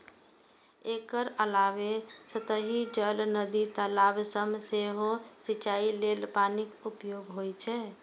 एकर अलावे सतही जल, नदी, तालाब सं सेहो सिंचाइ लेल पानिक उपयोग होइ छै